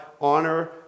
honor